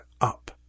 up